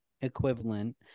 equivalent